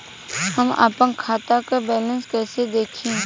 हम आपन खाता क बैलेंस कईसे देखी?